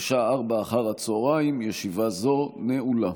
בשעה 16:00. ישיבה זו נעולה.